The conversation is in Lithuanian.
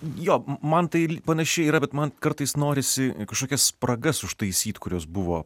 jo man tai panašiai yra bet man kartais norisi kažkokias spragas užtaisyt kurios buvo